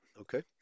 okay